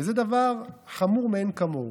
וזה דבר חמור מאין כמוהו.